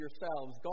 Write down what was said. yourselves